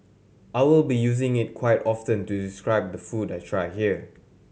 I will be using it quite often to describe the food I try here